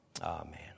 Amen